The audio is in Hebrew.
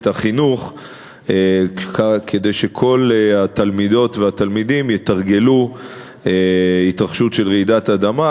החינוך כדי שכל התלמידות והתלמידים יתרגלו התרחשות של רעידת אדמה,